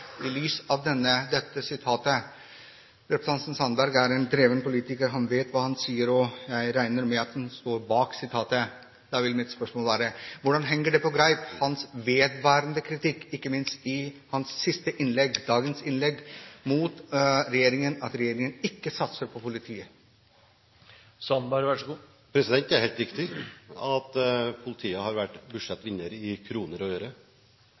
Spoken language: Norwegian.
i lys av dette sitatet, være: Hvordan henger hans vedvarende kritikk mot regjeringen om at den ikke satser på politiet – ikke minst i hans siste innlegg, dagens innlegg – på greip? Det er helt riktig at politiet har vært budsjettvinner i kroner og øre,